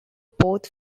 both